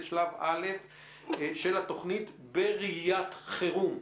שלב א' של התוכנית בראיית חירום.